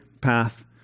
path